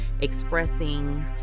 expressing